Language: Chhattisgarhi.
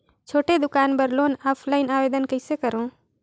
छोटे दुकान बर लोन ऑफलाइन आवेदन कइसे करो?